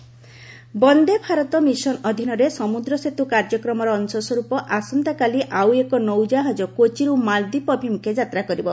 Vande Bharat mission ମାଳଦୀପ Vande Bharat mission ଅଧୀନରେ ସମୁଦ୍ର ସେତୁ କାର୍ଯ୍ୟକ୍ରମର ଅଂଶସ୍ୱରୂପ ଆସନ୍ତାକାଲି ଆଉ ଏକ ନୌଜାହାଜ କୋଚିରୁ ମାଳଦ୍ୱୀପ ଅଭିମୁଖେ ଯାତ୍ରା କରିବ